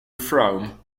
frome